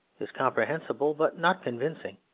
is comprehensible, but not convincing.